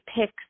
pick